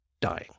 dying